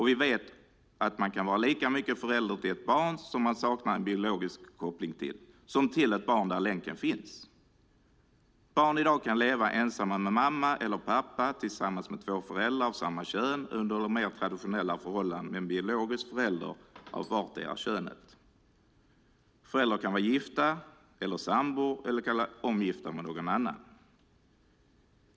Vi vet att man kan vara lika mycket förälder till ett barn som man saknar en biologisk koppling till som till ett barn där den länken finns. Barn i dag kan leva ensamma med mamma eller pappa, tillsammans med två föräldrar av samma kön eller under mer traditionella förhållanden med en biologisk förälder av vartdera könet. Föräldrarna kan vara gifta eller sambor eller omgifta med någon annan.